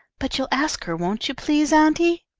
but you'll ask her, won't you please, auntie?